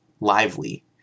lively